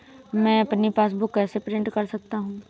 मैं अपनी पासबुक कैसे प्रिंट कर सकता हूँ?